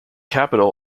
capital